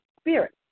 spirit